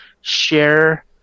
share